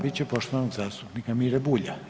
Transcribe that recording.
bit će poštovanog zastupnika Mire Bulja.